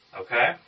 Okay